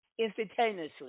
instantaneously